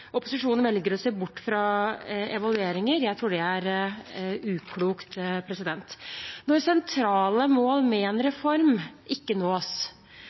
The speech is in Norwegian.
opposisjonen velger å se bort fra evalueringer. Jeg tror det er uklokt. Når sentrale mål med en reform ikke nås,